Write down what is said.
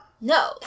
No